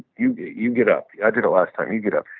you get you get up. i did it last time. you get up.